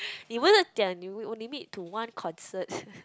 limit to one concert